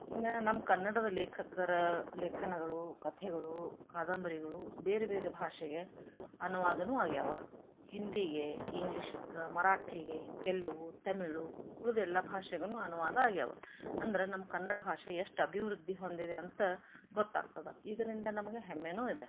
ಇನ್ನು ನಮ್ಮ ಕನ್ನಡದ ಲೇಖಕರ ಲೇಖನಗಳು ಕಥೆಗಳು ಕಾದಂಬರಿಗಳು ಬೇರೆ ಬೇರೆ ಭಾಷೆಗೆ ಅನುವಾದವೂ ಆಗ್ಯಾವ ಹಿಂದಿಗೆ ಇಂಗ್ಲೀಷಕ್ಕ ಮರಾಠಿಗೆ ತೆಲುಗು ತಮಿಳು ಉಳಿದೆಲ್ಲಾ ಭಾಷೆಗೂ ಅನುವಾದ ಆಗ್ಯಾವ ಅಂದರೆ ನಮ್ಮ ಕನ್ನಡ ಭಾಷೆ ಎಷ್ಟು ಅಭಿವೃದ್ಧಿ ಹೊಂದಿದೆ ಅಂತ ಗೊತ್ತಾಗ್ತದೆ ಇದರಿಂದ ನಮಗೆ ಹೆಮ್ಮೆಯೂ ಇದೆ